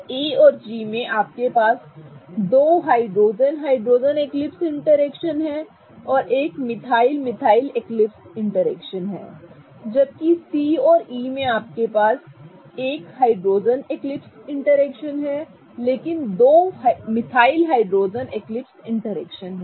तो A और G में आपके पास 2 हाइड्रोजन हाइड्रोजन एक्लिप्स इंटरेक्शन और 1 मिथाइल मिथाइल एक्लिप्स इंटरेक्शन हैं जबकि C और E में आपके पास 1 हाइड्रोजन हाइड्रोजन एक्लिप्स इंटरेक्शन है लेकिन 2 मिथाइल हाइड्रोजन एक्लिप्स इंटरेक्शन हैं